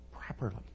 properly